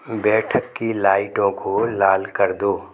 बैठक की लाइटों को लाल कर दो